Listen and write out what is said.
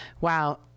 Wow